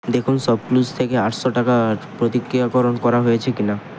দেখুন শপক্লুজ থেকে আটশো টাকার প্রতিক্রিয়াকরণ করা হয়েছে কি না